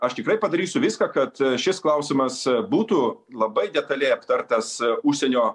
aš tikrai padarysiu viską kad šis klausimas būtų labai detaliai aptartas užsienio